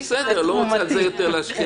בסדר, אני לא רוצה להשקיע על זה יותר זמן.